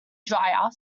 dryer